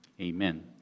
amen